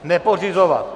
Nepořizovat.